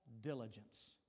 diligence